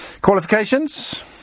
Qualifications